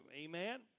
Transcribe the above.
Amen